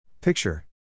Picture